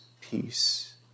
peace